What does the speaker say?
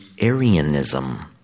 Arianism